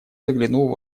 заглянул